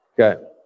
Okay